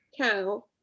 cow